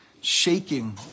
shaking